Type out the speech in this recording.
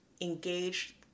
engage